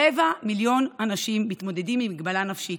רבע מיליון אנשים מתמודדים עם מגבלה נפשית,